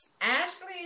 ashley